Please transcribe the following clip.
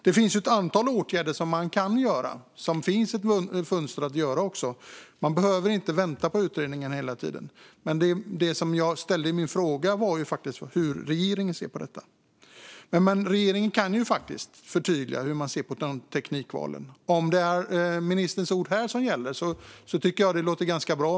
Det finns ett antal åtgärder som man kan vidta och som det finns ett fönster för att vidta. Man behöver inte hela tiden vänta på utredningen. Men min fråga gällde hur regeringen ser på detta. Regeringen kan förtydliga hur de ser på teknikvalen. Om det är ministerns ord här som gäller låter det ganska bra.